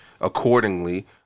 accordingly